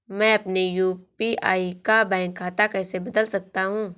मैं अपने यू.पी.आई का बैंक खाता कैसे बदल सकता हूँ?